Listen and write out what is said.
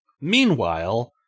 Meanwhile